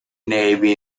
navy